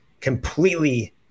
completely